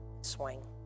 Swing